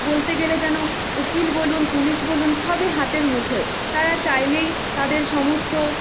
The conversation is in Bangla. বলতে গেলে যেন উকিল বলুন পুলিশ বলুন সবই হাতের মুঠোয় তারা চাইলেই তাদের সমস্ত